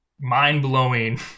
mind-blowing